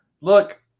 Look